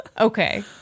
Okay